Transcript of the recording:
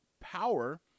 power